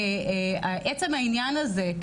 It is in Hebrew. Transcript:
עצם העניין הזה,